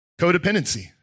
Codependency